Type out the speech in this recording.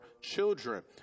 children